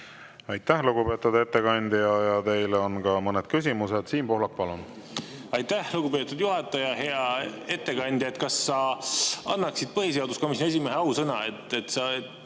Aitäh, lugupeetud ettekandja! Teile on ka mõned küsimused. Siim Pohlak, palun! Aitäh, lugupeetud juhataja! Hea ettekandja! Kas sa annaksid põhiseaduskomisjoni esimehe ausõna, et sa